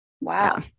Wow